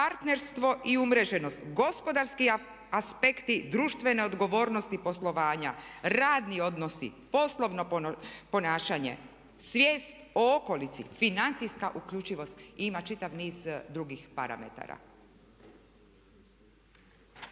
partnerstvo i umreženost, gospodarski aspekti društvene odgovornosti poslovanja, radni odnosi, poslovno ponašanje, svijest o okolici, financijska uključivost i ima čitav niz drugih parametara.